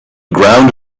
ground